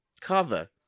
cover